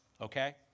Okay